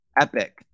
epic